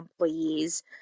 employees